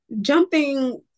Jumping